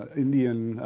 indian,